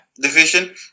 Division